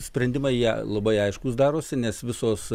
sprendimai jie labai aiškūs darosi nes visos